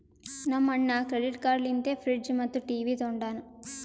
ನಮ್ ಅಣ್ಣಾ credit card ಲಿಂತೆ ಫ್ರಿಡ್ಜ್ ಮತ್ತ ಟಿವಿ ತೊಂಡಾನ